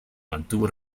mantuvo